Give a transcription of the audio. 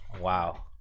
Wow